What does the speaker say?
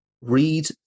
read